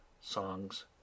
songs